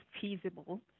feasible